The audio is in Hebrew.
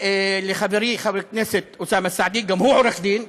ולחברי חבר הכנסת אוסאמה סעדי, גם הוא עורך-דין.